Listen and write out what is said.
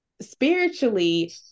spiritually